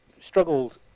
struggled